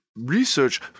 research